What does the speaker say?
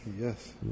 Yes